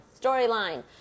Storyline